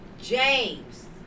James